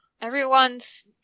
everyone's